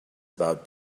about